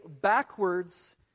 backwards